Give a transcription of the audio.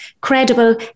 credible